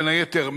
בין היתר,